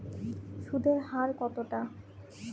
সুদের হার কতটা?